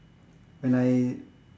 when I